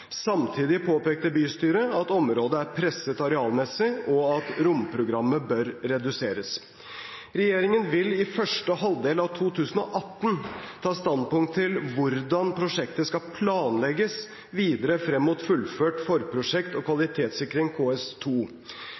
Samtidig påpekte bystyret at området er presset arealmessig, og at romprogrammet bør reduseres. Regjeringen vil i første halvdel av 2018 ta standpunkt til hvordan prosjektet skal planlegges videre frem mot fullført forprosjekt og kvalitetssikring